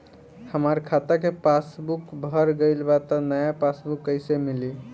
हमार खाता के पासबूक भर गएल बा त नया पासबूक कइसे मिली?